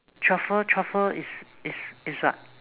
truffle truffle is is is what